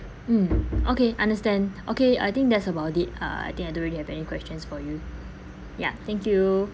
mm okay understand okay I think that's about it uh I think I don't really have any questions for you ya thank you